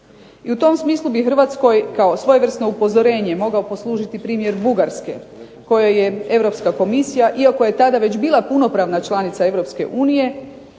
I u tom smislu bi Hrvatskoj kao svojevrsno upozorenje mogao poslužiti primjer Bugarske kojoj je Europska komisija, iako je tada već bila punopravna članica